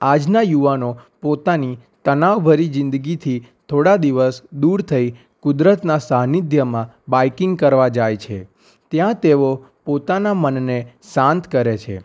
આજના યુવાનો પોતાની તણાવભરી જિંદગીથી થોડા દિવસ દૂર થઈ કુદરતના સાનિધ્યમાં બાઇકિંગ કરવા જાય છે ત્યાં તેઓ પોતાના મનને શાંત કરે છે